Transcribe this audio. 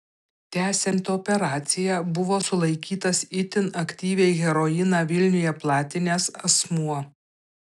tęsiant operaciją buvo sulaikytas itin aktyviai heroiną vilniuje platinęs asmuo